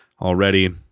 already